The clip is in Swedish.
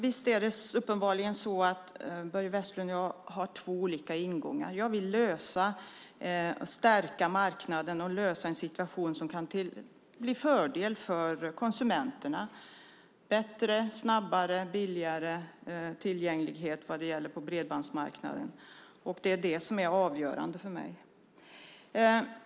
Fru talman! Börje Vestlund och jag har uppenbarligen två olika ingångar. Jag vill stärka marknaden och lösa situationen så att det kan bli till fördel för konsumenterna - bättre, snabbare och billigare tillgänglighet vad gäller bredbandsmarknaden. Det är det som är avgörande för mig.